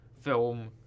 film